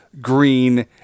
Green